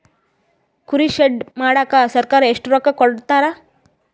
ಕುರಿ ಶೆಡ್ ಮಾಡಕ ಸರ್ಕಾರ ಎಷ್ಟು ರೊಕ್ಕ ಕೊಡ್ತಾರ?